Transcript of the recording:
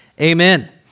Amen